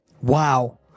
Wow